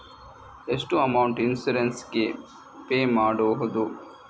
ಎಷ್ಟು amount insurance ಗೇ pay ಮಾಡುವುದು?